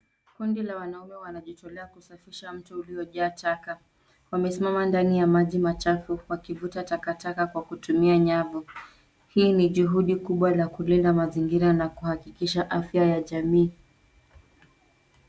Kundi la wanaume wanajitolea kusafisha mto uliojaa taka. Wamesimama ndani ya maji machafu wakivuta takataka kwa kutumia nyavu. Hii ni juhudi kubwa la kulinda mazingira na kuhakikisha afya ya jamii.